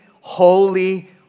holy